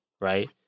right